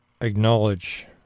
acknowledge